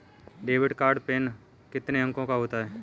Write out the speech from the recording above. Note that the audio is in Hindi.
डेबिट कार्ड पिन कितने अंकों का होता है?